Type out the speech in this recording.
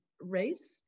race